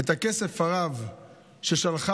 את הכסף הרב ששלחה